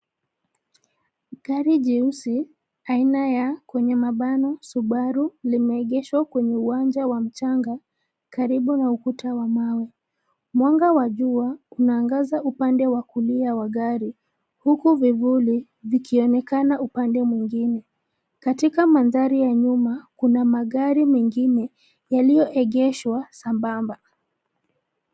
Gari jeusi aina ya kwa mabano Subaru limeegeshwa kwenye uwanja wa mchanga karibu na ukuta wa mawe. Mwanga wa jua unaangaza upande wa kulia wa gari huku vivuli vikionekana upande mwingine. Katika mandhari ya nyuma kuna magari mengine yaliogeshwa sambamba.